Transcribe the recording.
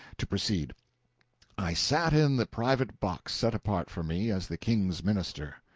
to proceed i sat in the private box set apart for me as the king's minister.